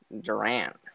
Durant